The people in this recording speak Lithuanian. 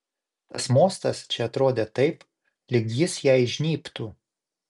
tas mostas čia atrodė taip lyg jis jai žnybtų